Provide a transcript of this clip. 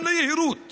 גם ליהירות